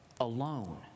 alone